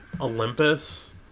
Olympus